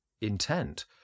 intent